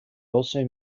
also